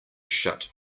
shut